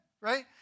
right